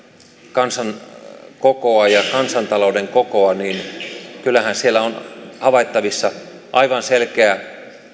kansan kokoa ja kansantalouden kokoa niin kyllähän siellä on havaittavissa aivan selkeä